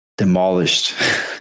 demolished